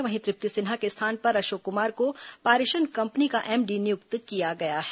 वहीं तृप्ति सिन्हा के स्थान पर अशोक कुमार को पारेषण कंपनी का एमडी नियुक्त किया गया है